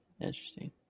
Interesting